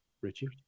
Richie